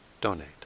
donate